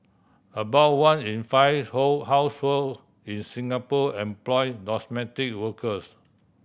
about one in five household in Singapore employ domestic workers